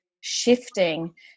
shifting